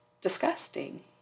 disgusting